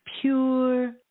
pure